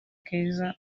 keza